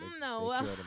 No